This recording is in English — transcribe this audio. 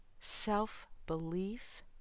self-belief